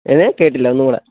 ഏത് കേട്ടില്ല ഒന്നുകൂടെ